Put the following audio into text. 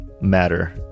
matter